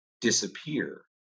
disappear